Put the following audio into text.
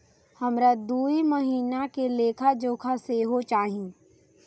हमरा दूय महीना के लेखा जोखा सेहो चाही